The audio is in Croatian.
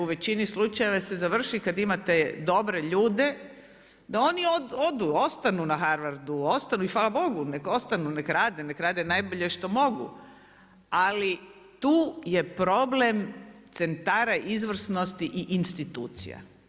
U većini slučajeva se završi kad imate dobre ljude da oni odu, ostanu na Harvardu i hvala Bogu neka ostanu, neka rade, neka rade najbolje što mogu ali tu je problem centara izvrsnosti i institucija.